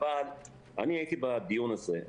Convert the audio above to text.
אבל אני הייתי בדיון הזה.